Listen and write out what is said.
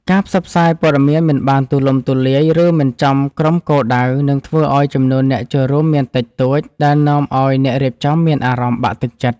ការផ្សព្វផ្សាយព័ត៌មានមិនបានទូលំទូលាយ ឬមិនចំក្រុមគោលដៅ នឹងធ្វើឱ្យចំនួនអ្នកចូលរួមមានតិចតួច ដែលនាំឱ្យអ្នករៀបចំមានអារម្មណ៍បាក់ទឹកចិត្ត។